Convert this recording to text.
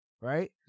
right